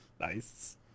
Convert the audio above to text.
Nice